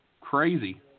crazy